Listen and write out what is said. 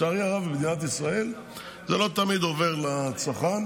לצערי הרב במדינת ישראל זה לא תמיד עובר לצרכן,